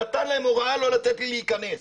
נתן להם הוראה לא לתת לי להיכנס.